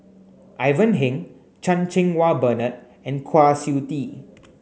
Ivan Heng Chan Cheng Wah Bernard and Kwa Siew Tee